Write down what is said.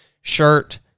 shirt